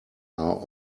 are